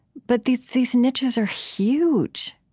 but these these niches are huge,